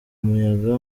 muyaga